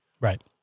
right